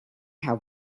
have